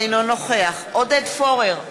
אינו נוכח עודד פורר,